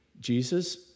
Jesus